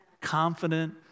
confident